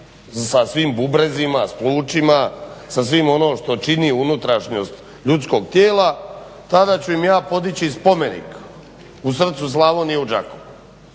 sa svim bubrezima, s plućima, sa svim ono što čini unutrašnjost ljudskog tijela tada ću im ja podići spomenik u srcu Slavonije u Đakovu.